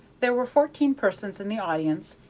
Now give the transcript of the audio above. there were fourteen persons in the audience,